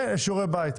שיעורי בית.